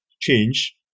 change